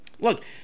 Look